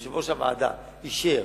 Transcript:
ויושב-ראש הוועדה אישר,